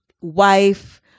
wife